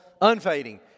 unfading